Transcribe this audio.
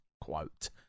quote